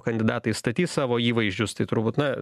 kandidatai statys savo įvaizdžius tai turbūt na